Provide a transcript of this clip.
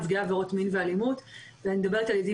נפגעי עבירות מין ואלימות ואני מדברת על ילדים